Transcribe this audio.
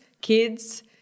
kids